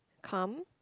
come